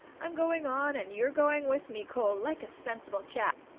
i'm going on and you're going with me, cole, like a sensible chap!